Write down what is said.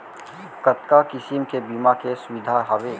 कतका किसिम के बीमा के सुविधा हावे?